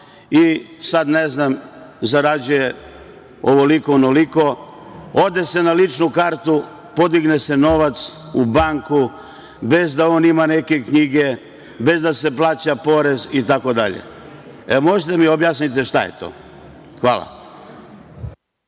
i sad, ne znam, zarađuje ovoliko, onoliko, ode se na ličnu kartu, podigne se novac u banku, bez da on ima neke knjige, bez da se plaća porez itd? Možete li da mi objasnite šta je to? Hvala.